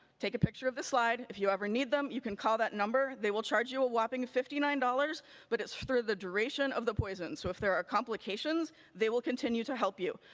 take a picture of the slide, if you ever need them you can call that number, they will charge you a whopping fifty nine dollars but it's through the duration of the poison, so if there are complications they will continue to help you.